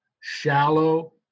shallow